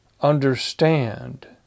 understand